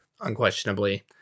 Unquestionably